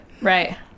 right